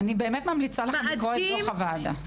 אני באמת ממליצה לכם לקרוא את דוח הוועדה.